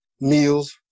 meals